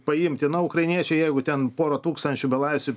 paimti na ukrainiečiai jeigu ten porą tūkstančių belaisvių per